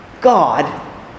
God